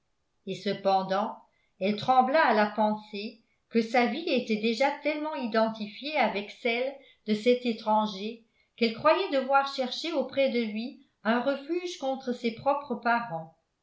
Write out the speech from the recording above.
et cependant elle trembla à la pensée que sa vie était déjà tellement identifiée avec celle de cet étranger qu'elle croyait devoir chercher auprès de lui un refuge contre ses propres parents